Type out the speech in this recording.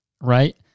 right